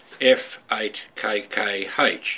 F8KKH